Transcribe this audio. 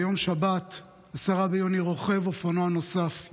ביום שבת 10 ביוני רוכב אופנוע נוסף,